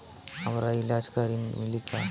हमका ईलाज ला ऋण मिली का?